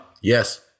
Yes